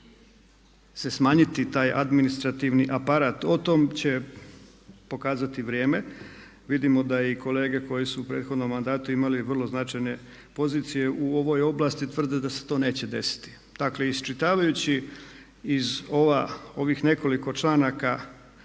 se smanjiti taj administrativni aparat, o tome će pokazati vrijeme. Vidimo da i kolege koje su u prethodnom mandatu imali vrlo značajne pozicije u ovoj oblasti tvrde da se to neće desiti. Dakle iščitavajući iz ovih nekoliko članaka